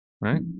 right